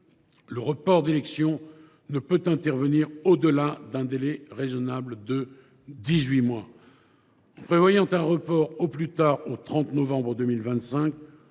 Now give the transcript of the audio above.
le report d’élections ne peut intervenir au delà d’un délai raisonnable de dix huit mois. En prévoyant un report au plus tard au 30 novembre 2025,